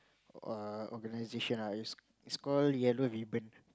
err organization ah it's it's called Yellow-Ribbon